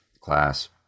class